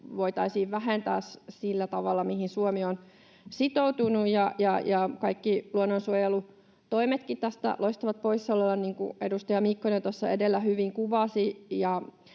voitaisiin vähentää sillä tavalla, mihin Suomi on sitoutunut. Kaikki luonnonsuojelutoimetkin tästä loistavat poissaolollaan, niin kuin edustaja Mikkonen tuossa edellä hyvin kuvasi.